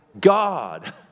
God